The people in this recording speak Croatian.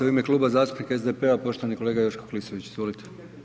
U ime Kluba zastupnika SDP-a poštovani kolega Joško Klisović, izvolite.